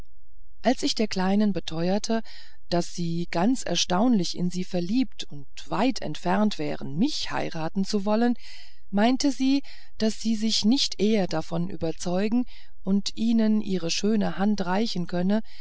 als ich der kleinen beteuerte daß sie ganz erstaunlich in sie verliebt und weit entfernt wären mich heiraten zu wollen meinte sie daß sie sich nicht eher davon überzeugen und ihnen ihre schöne hand reichen könne